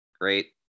great